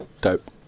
Dope